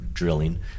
Drilling